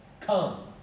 come